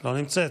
לא נמצאת.